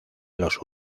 los